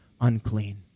unclean